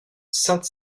saint